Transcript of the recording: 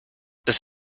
des